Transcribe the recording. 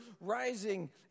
rising